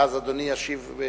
ואז אדוני ישיב.